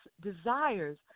desires